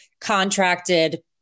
contracted